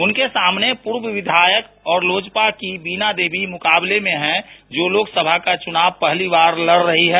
उनके सामने पूर्व विधायक और लोजपा की वीणा देवी मुकाबले में है जो लोक सभा का चुनाव पहली बार लड रही हैं